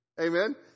amen